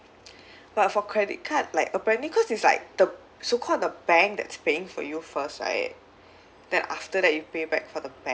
but for credit card like apparently because it's like the so called the bank that's paying for you first right then after that you pay back for the